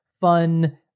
fun